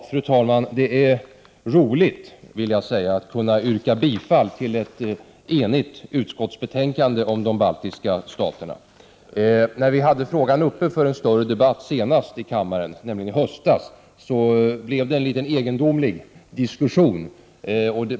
Fru talman! Det är roligt, vill jag säga, att kunna yrka bifall till ett enigt utskotts hemställan om de baltiska staterna. När vi hade frågan uppe i en större debatt senast i kammaren i höstas, blev det en litet egendomlig diskussion.